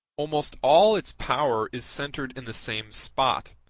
almost all its power is centred in the same spot,